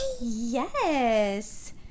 Yes